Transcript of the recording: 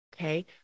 okay